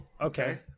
okay